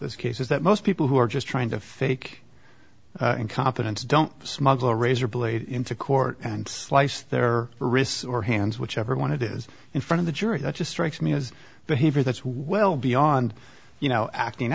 this case is that most people who are just trying to fake incompetence don't smuggle a razor blade into court and slice their wrists or hands whichever one it is in front of the jury that just strikes me as behavior that's well beyond you know acting